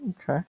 Okay